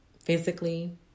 physically